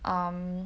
um